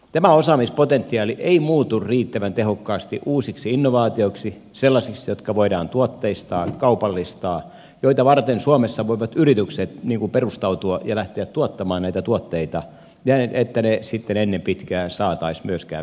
tämä osaamispotentiaali ei muutu riittävän tehokkaasti uusiksi innovaatioiksi sellaisiksi jotka voidaan tuotteistaa kaupallistaa joita varten suomessa voivat yritykset perustautua ja lähteä tuottamaan näitä tuotteita että ne sitten ennen pitkää saataisiin myöskin vientiin